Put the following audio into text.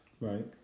Right